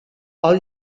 ell